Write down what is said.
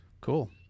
cool